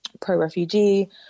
pro-refugee